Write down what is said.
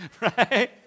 right